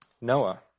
Noah